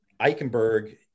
Eichenberg